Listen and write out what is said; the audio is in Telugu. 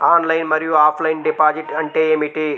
ఆన్లైన్ మరియు ఆఫ్లైన్ డిపాజిట్ అంటే ఏమిటి?